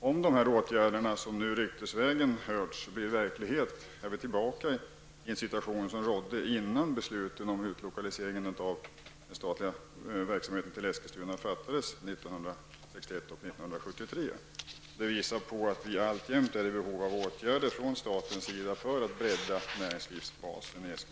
Om de åtgärder som jag ryktesvägen fått höra om blir verklighet, är vi tillbaka i den situation som rådde innan besluten om utlokalisering av statlig verksamhet till Eskilstuna fattades 1961 och 1973. Det tyder på att vi alltjämt är i behov av åtgärder från statens sida för att bredda näringslivsbasen i